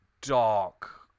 dark